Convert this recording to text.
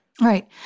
right